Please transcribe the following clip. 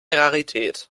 rarität